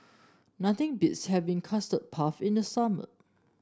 nothing beats having Custard Puff in the summer